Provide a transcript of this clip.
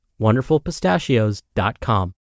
wonderfulpistachios.com